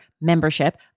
membership